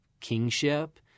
kingship